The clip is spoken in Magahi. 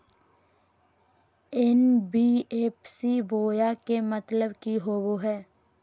एन.बी.एफ.सी बोया के मतलब कि होवे हय?